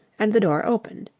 and the door opened.